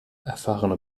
erfahrene